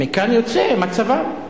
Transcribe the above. זכויותיהם, מכאן יוצא מצבם.